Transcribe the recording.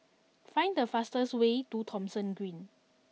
find the fastest way to Thomson Green